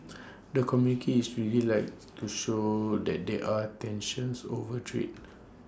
the communicate is really likes to show that they are tensions over trade